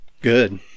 Good